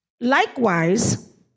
Likewise